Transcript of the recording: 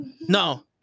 No